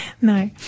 No